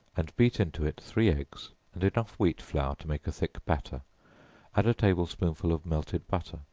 and beat into it three eggs, and enough wheat flour to make a thick batter add a table-spoonful of melted butter,